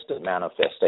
manifestation